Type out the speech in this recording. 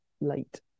late